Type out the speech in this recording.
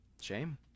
Shame